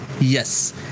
Yes